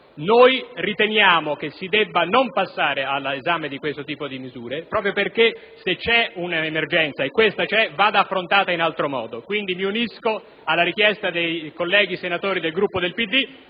Riteniamo che si debba non passare all'esame di questo tipo di misure, proprio perché se c'è un'emergenza - e questa c'è - essa va affrontata in altro modo. Mi unisco quindi alla richiesta dei colleghi senatori del Gruppo del PD,